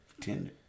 tender